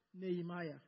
Nehemiah